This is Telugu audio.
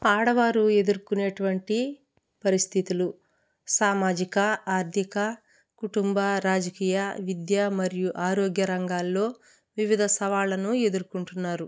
ఆడవారు ఎదుర్కొనేటువంటి పరిస్థితులు సామాజిక ఆర్థిక కుటుంబ రాజకీయ విద్య మరియు ఆరోగ్య రంగాల్లో వివిధ సవాళ్ళను ఎదుర్కొంటున్నారు